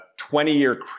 20-year